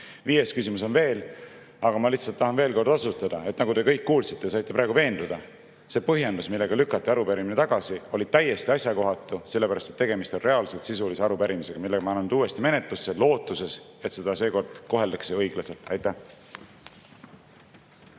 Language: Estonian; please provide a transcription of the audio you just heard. Viies küsimus on veel, aga ma lihtsalt tahan veel kord osutada, nagu te kõik kuulsite ja saite praegu veenduda, et see põhjendus, millega lükati arupärimine tagasi, oli täiesti asjakohatu, sellepärast et tegemist on reaalselt sisulise arupärimisega. Ma annan selle nüüd uuesti menetlusse, lootuses, et seda seekord koheldakse õiglaselt. Aitäh!